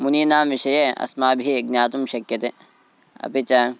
मुनीनां विषये अस्माभिः ज्ञातुं शक्यते अपि च